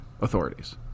authorities